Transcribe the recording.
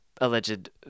alleged